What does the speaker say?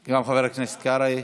גם חבר הכנסת קרעי.